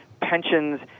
pensions